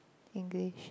English